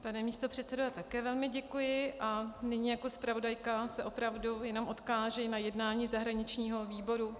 Pane místopředsedo, já také velmi děkuji a nyní jako zpravodajka se opravdu jenom odkážu na jednání zahraničního výboru.